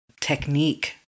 technique